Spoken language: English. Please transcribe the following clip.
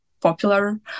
popular